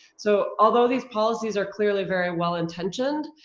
so although these policies are clearly very well intentioned,